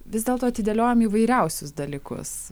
vis dėlto atidėliojam įvairiausius dalykus